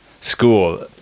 school